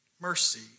mercy